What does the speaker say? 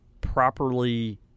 properly